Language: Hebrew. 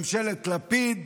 ממשלת לפיד,